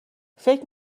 فکر